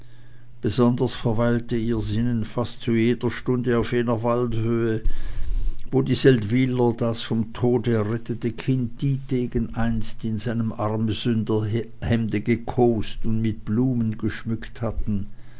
besonders verweilte ihr sinnen fast zu jeder stunde auf jener waldhöhe wo die seldwyler frauen das vom tode errettete kind dietegen einst in seinem armensünderhemde gekost und mit blumen geschmückt hatten